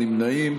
אין נמנעים.